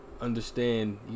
understand